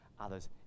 others